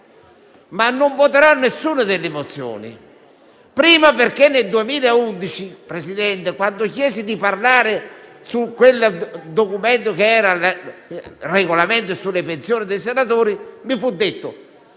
ma non voterò nessuna delle mozioni, in primo luogo perché nel 2011, quando chiesi di parlare su quel documento che era il regolamento sulle pensioni dei senatori, mi fu detto